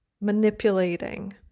manipulating